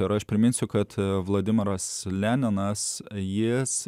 ir aš priminsiu kad vladimiras leninas jis